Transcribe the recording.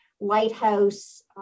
lighthouse